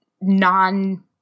non